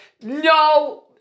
No